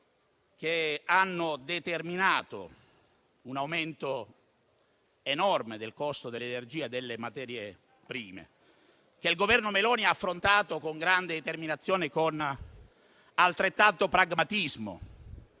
che hanno determinato un aumento enorme del costo dell'energia e delle materie prime, che il Governo Meloni ha affrontato con grande determinazione e con altrettanto pragmatismo,